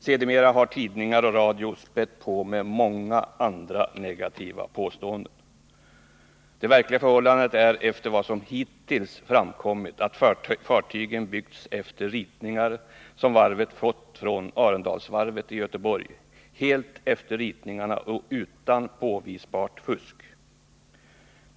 Sedermera har man i tidningar och i radio spätt på med många andra negativa påståenden. Det verkliga förhållandet är, efter vad som hittills framkommit, att fartygen byggts helt efter de ritningar som varvet fått från Arendalsvarvet i Göteborg och utan påvisbart fusk.